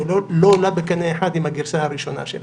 שלא עולה בקנה אחד עם הגרסה הראשונה שלהם.